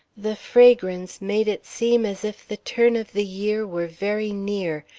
the fragrance made it seem as if the turn of the year were very near,